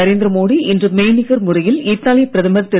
நரேந்திர மோடி இன்று மெய்நிகர் முறையில் இத்தாலியப் பிரதமர் திரு